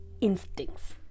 instincts